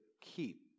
keep